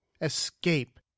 Escape